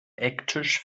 ecktisch